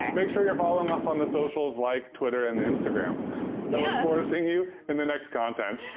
make sure you're following us on the socials like twitter and instagram. i look forward to seeing you in the next content.